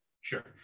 Sure